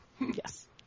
Yes